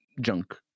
junk